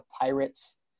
Pirates